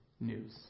news